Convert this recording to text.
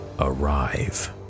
arrive